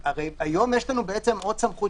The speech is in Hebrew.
לגבי יחיד באתר האינטרנט של